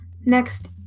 Next